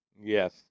Yes